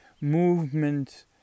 movement